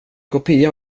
kopia